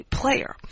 player